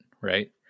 Right